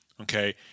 okay